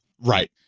Right